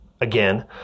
again